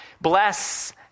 bless